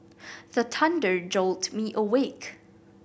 the thunder jolt me awake